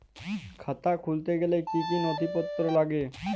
খাতা খুলতে গেলে কি কি নথিপত্র লাগে?